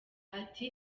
ati